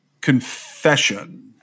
confession